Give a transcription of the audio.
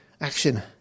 action